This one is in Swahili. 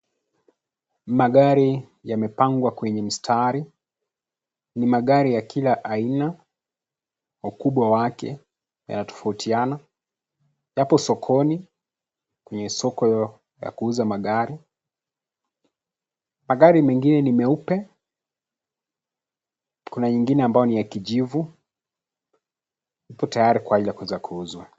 Magari yamepangwa kwenye mistari. Ni magari ya kila aina. Ukubwa wake yanatofautiana. Yapo sokoni, kwenye soko ya kuuza magari. Magari mengine ni meupe, kuna nyingine ambayo ni ya kijivu yapo tayari kwa ajili ya kuuzwa.